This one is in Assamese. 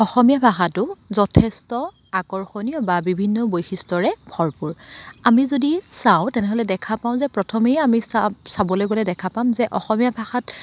অসমীয়া ভাষাটো যথেষ্ট আকৰ্ষণীয় বা বিভিন্ন বৈশিষ্টৰে ভৰপূৰ আমি যদি চাওঁ তেনেহ'লে দেখা পাওঁ যে প্ৰথমে আমি চা চাবলৈ গ'লে দেখা পাম যে অসমীয়া ভাষাত